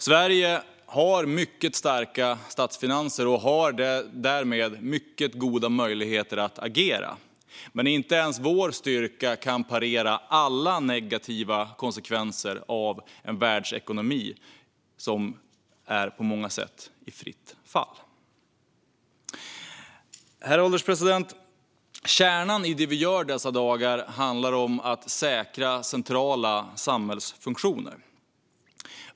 Sverige har mycket starka statsfinanser och har därmed mycket goda möjligheter att agera, men inte ens vår styrka kan parera alla negativa konsekvenser av en världsekonomi som på många sätt är i fritt fall. Herr ålderspresident! Kärnan i det vi gör dessa dagar handlar om att säkra centrala samhällsfunktioner.